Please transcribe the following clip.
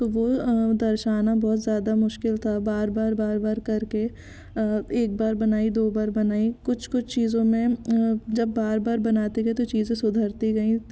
तो वो दर्शाना बहुत ज़्यादा मुश्किल था बार बार बार बार करके एक बार बनाई दो बार बनाई कुछ कुछ चीज़ों में जब बार बार बनाते गए तो चीज़ें सुधरती गई